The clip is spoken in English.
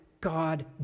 God